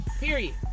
Period